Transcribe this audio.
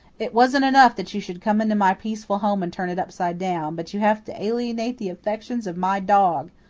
it wasn't enough that you should come into my peaceful home and turn it upside down, but you have to alienate the affections of my dog,